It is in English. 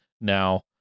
now